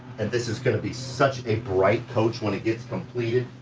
and this is gonna be such a bright coach when it gets completed.